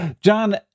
John